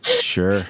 Sure